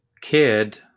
kid